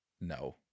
No